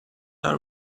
are